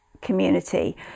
community